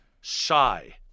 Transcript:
shy